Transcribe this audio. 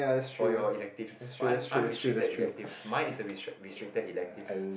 for your elective unrestricted elective mine is a restricted electives